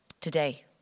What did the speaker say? Today